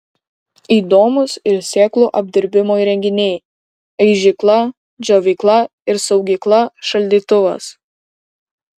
įdomūs ir sėklų apdirbimo įrenginiai aižykla džiovykla ir saugykla šaldytuvas